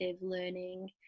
learning